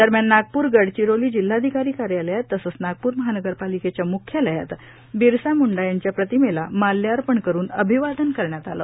दरम्यान नागप्र गडचिरोली जिल्हाधिकारी कार्यालयात तसेच नागप्र महानगरपालिकेच्या म्ख्यालयात बिरसा मुंडा यांच्या प्रतिमेला माल्यापर्ण करुन अभिवादन करण्यात आले